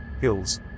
hills